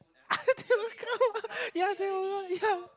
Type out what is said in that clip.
ah they will come they will what yeah